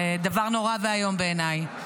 זה דבר נורא ואיום בעיניי.